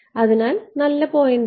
അതിനാൽ നല്ല പോയിന്റ് ആണ്